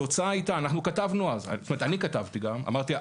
אני כתבתי בסוף 2020 שהתוצאה תהיה,